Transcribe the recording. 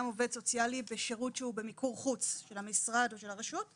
עובד סוציאלי בשירות שהוא במיקור חוץ של המשרד או של הרשות,